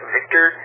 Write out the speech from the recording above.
Victor